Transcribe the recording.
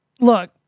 Look